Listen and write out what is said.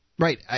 Right